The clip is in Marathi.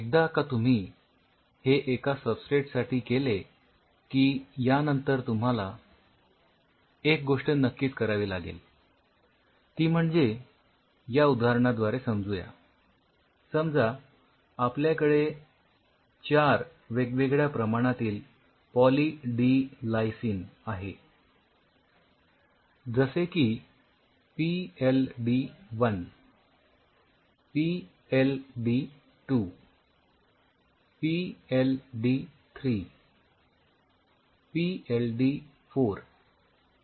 एकदा का तुम्ही हे एका सबस्ट्रेट साठी केले की यानंतर तुम्हाला एक गोष्ट नक्कीच करावी लागेल ती म्हणजे या उदाहरणाद्वारे समजू या समजा आपल्याकडे ४ वेगवेगळ्या प्रमाणातील पॉली डी लायसिन आहे जसे की PLD one PLD two PLD three PLD four याप्रमाणे